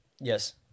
yes